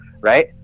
right